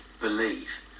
believe